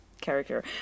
character